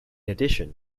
addition